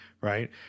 right